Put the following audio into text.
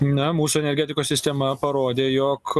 na mūsų energetikos sistema parodė jog